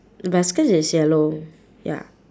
but the skirt is yellow ya